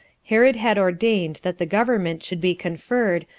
herod had ordained that the government should be conferred,